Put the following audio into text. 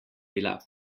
bila